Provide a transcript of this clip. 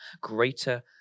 greater